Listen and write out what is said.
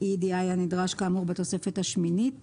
EEDI הנדרש כאמור בתוספת השמינית